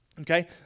Okay